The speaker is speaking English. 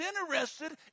interested